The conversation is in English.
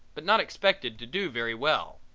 but not expected to do very well.